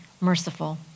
merciful